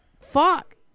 fuck